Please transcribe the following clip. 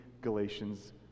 Galatians